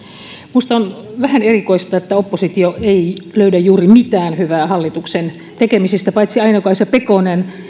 minusta on vähän erikoista että oppositio ei löydä juuri mitään hyvää hallituksen tekemisistä paitsi aino kaisa pekonen